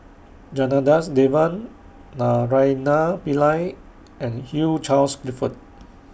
Janadas Devan Naraina Pillai and Hugh Charles Clifford